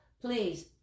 please